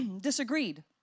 disagreed